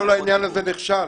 כל העניין הזה נכשל.